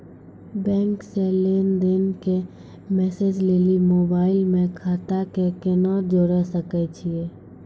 Bank से लेंन देंन के मैसेज लेली मोबाइल के खाता के केना जोड़े सकय छियै?